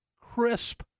crisp